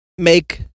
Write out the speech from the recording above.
Make